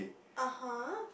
(uh huh)